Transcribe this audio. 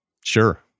Sure